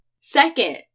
Second